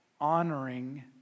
honoring